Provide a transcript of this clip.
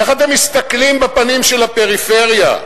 איך אתם מסתכלים בפנים של הפריפריה?